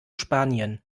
spanien